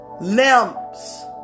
limbs